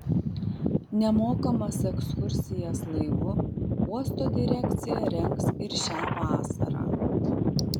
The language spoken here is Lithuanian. nemokamas ekskursijas laivu uosto direkcija rengs ir šią vasarą